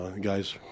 guys